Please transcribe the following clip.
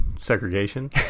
segregation